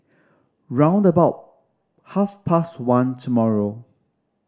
round about half past one tomorrow